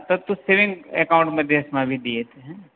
तत्तु saving account मध्ये अस्माभिः दीयते